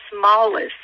smallest